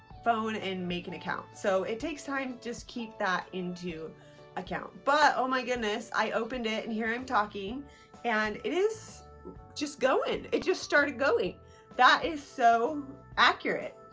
phone and make an account. so it takes time just keep that into account. but oh my goodness i opened it and here i'm talking and it is just, going it it just started going. that is so accurate.